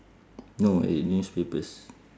no I read newspapers